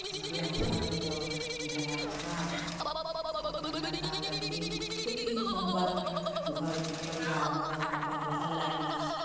विवाह शादी तऽ भेलाके बाद अपन लड़का लड़की सुखी सम्पन्न घर परिवार रहल अपन रहय लगलाह